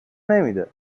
نمیده